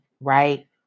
right